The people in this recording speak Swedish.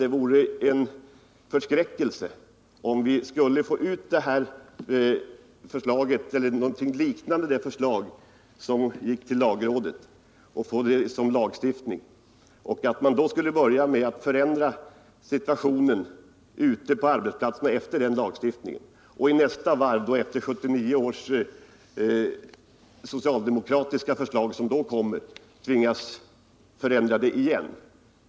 Det vore en förskräckelse, om vi skulle få det förslag som gick till lagrådet eller något liknande som lagstiftning och man skulle börja förändra situationen ute på arbetsplatserna efter den för att i nästa varv, när 1979 års socialdemokratiska förslag kommer, tvingas förändra den igen.